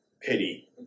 pity